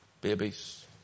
babies